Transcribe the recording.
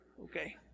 Okay